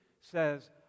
says